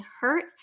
hurt